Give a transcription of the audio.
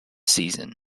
seasons